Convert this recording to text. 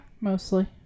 mostly